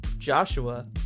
Joshua